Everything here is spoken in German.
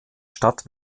stadt